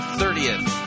thirtieth